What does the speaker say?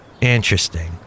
Interesting